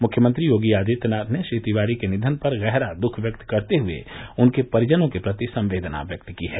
मुख्यमंत्री योगी आदित्यनाथ ने श्री तिवारी के निधन पर गहरा दुःख व्यक्त करते हुए उनके परिजनों के प्रति संवेदना प्रकट की है